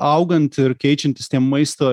augant ir keičiantis tie maisto